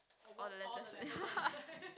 all the letters